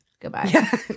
Goodbye